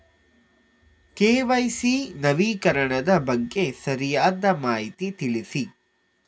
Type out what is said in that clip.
KYC ನವೀಕರಣದ ಬಗ್ಗೆ ಸರಿಯಾದ ಮಾಹಿತಿ ತಿಳಿಸಿ?